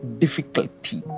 difficulty